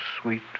sweet